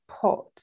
pot